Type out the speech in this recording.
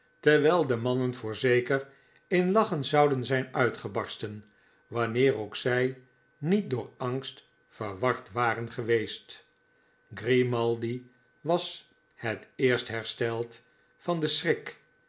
terwijl de mannen voorzeker in lachen zouden zijn uitgebarsten wanneer ook zij niet door angst verward waren geweest grimaldi was het eerst hersteld van den schrik